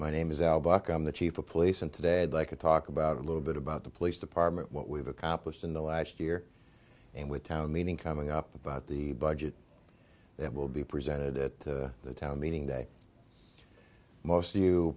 my name is al buck i'm the chief of police and today i'd like to talk about a little bit about the police department what we've accomplished in the last year and with town meeting coming up about the budget that will be presented at the town meeting day most